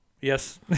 Yes